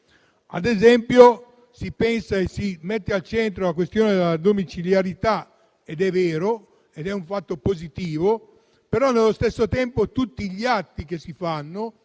Ad esempio si mette al centro la questione della domiciliarità. È vero, è un fatto positivo, ma nello stesso tempo tutti gli atti che si